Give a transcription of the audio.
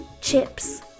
chips